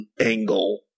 Angle